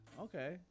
Okay